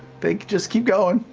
they just keep going,